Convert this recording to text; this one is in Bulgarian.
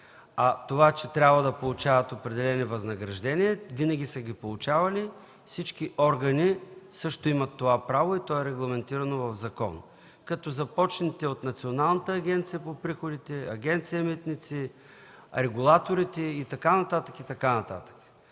А това, че трябва да получават определени възнаграждения, винаги са ги получавали. Всички органи също имат това право и то е регламентирано в закон, като започнете от Националната агенция за приходите, Агенция „Митници”, регулаторите и така нататък. Взех тази